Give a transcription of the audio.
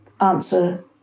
answer